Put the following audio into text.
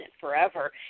forever